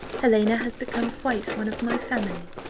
helena has become quite one of my family.